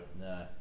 No